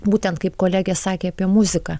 būtent kaip kolegė sakė apie muziką